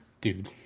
dude